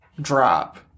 drop